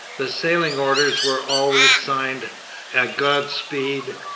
the sailing orders were always signed a god speede,